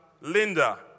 Linda